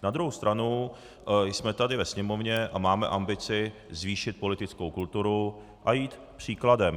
Na druhou stranu jsme tady ve Sněmovně a máme ambici zvýšit politickou kulturu a jít příkladem.